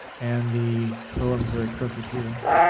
and the lower-missouri crooked here.